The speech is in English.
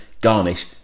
garnish